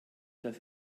das